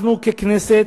אנחנו, ככנסת,